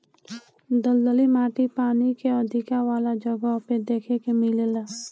दलदली माटी पानी के अधिका वाला जगह पे देखे के मिलेला